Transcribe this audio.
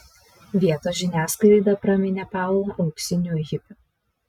vietos žiniasklaida praminė paulą auksiniu hipiu